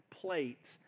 plates